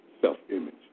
self-image